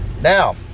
Now